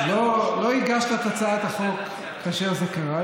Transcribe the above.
לא הגשת את הצעת החוק כאשר זה קרה,